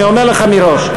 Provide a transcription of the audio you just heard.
אני אומר לך מראש.